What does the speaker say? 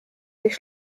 durch